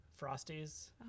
frosties